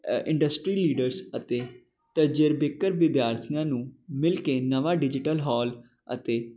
industry leaders ਅਤੇ ਤਜ਼ਰਬੇਕਰ ਵਿਦਿਆਰਥੀਆਂ ਨੂੰ ਮਿਲ ਕੇ ਨਵਾਂ ਡਿਜੀਟਲ ਹਾਲ ਅਤੇ